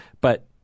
But-